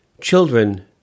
Children